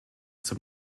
zum